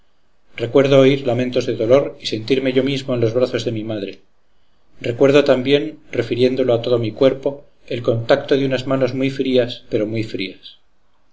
recuerdo oír lamentos de dolor y sentirme yo mismo en los brazos de mi madre recuerdo también refiriéndolo a todo mi cuerpo el contacto de unas manos muy frías pero muy frías